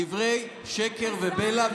דברי שקר ובלע.